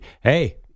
Hey